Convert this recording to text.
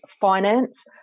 finance